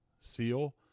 seal